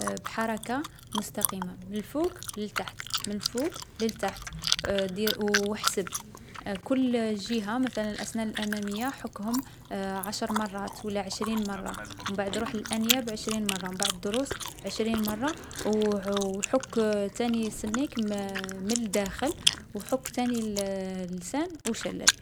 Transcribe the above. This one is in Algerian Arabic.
بحركة مستقيمة من الفوق للتحت، من الفوق للتحت. دير و احسب، كل جيهة مثلا الأسنان الأمامية حكهم عشر مرات ولا عشرين مرة. و مبعد روح للأنياب عشرين مرة. و مبعد الضروس عشرين مرة، و عـ حك تاني سنيك مـ من الداخل و حك تاني الـ اللسان و شلّل.